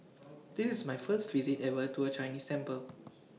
this is my first visit ever to A Chinese sample